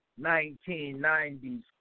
1990s